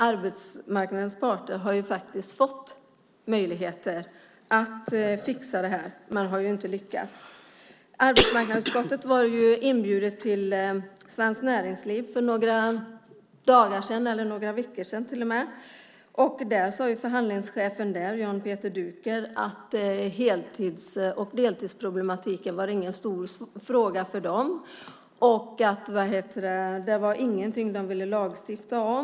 Arbetsmarknadens parter har faktiskt fått möjligheter att fixa det här men har inte lyckats. Arbetsmarknadsutskottet var inbjudet till Svenskt Näringsliv för några dagar sedan eller till och med några veckor sedan. Förhandlingschefen där, Jan-Peter Duker, sade att heltids och deltidsproblematiken inte var någon stor fråga för dem och att det inte var någonting som de ville lagstifta om.